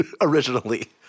originally